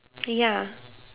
ya